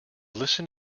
listen